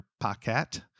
pocket